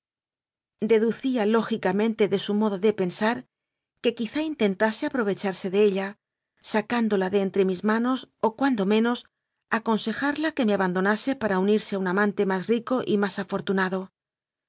deducía lógicamente de su modo de pensar que quizá intentase aprove charse de ella sacándola de entre mis manos o cuando menos aconsejarla que me abandonase para unirse a un amante más rico y más afortunado